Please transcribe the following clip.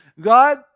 God